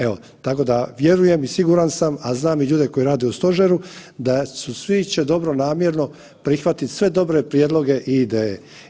Evo, tako da vjerujem i siguran sam, a i znam ljude koji rade u stožeru da će svi dobronamjerno prihvatiti sve dobre prijedloge i ideje.